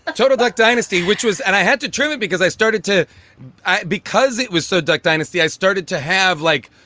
ah total duck dynasty, which was and i had to truly because i started to because it was so duck dynasty, i started to have like,